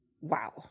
wow